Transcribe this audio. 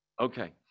Okay